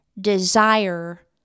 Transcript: desire